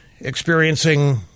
experiencing